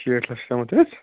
شیٹھ لَچھ تامَتھ حظ